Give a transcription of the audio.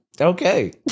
okay